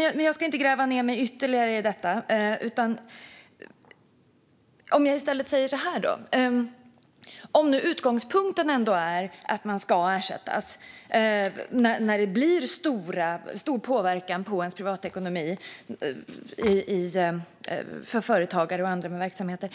Jag ska dock inte gräva ned mig ytterligare i det, utan jag säger i stället så här: Om nu utgångspunkten ändå är att man ska få ersättning när det blir stor påverkan på ens privatekonomi, för företagare och andra med verksamheter,